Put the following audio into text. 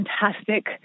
fantastic